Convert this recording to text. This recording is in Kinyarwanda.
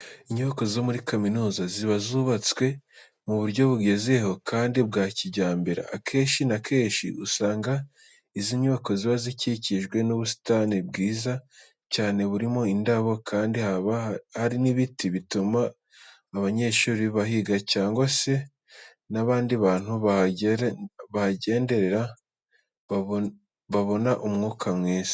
Inyubako zo muri kaminuza ziba zubatswe mu buryo bugezweho kandi bwa kijyambere. Akenshi na kenshi, usanga izi nyubako ziba zikikijwe n'ubusitani bwiza cyane burimo indabo kandi haba hari n'ibiti bituma abanyeshuri bahiga cyangwa se n'abandi bantu bahagenderera babona umwuka mwiza.